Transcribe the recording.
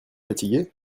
fatigué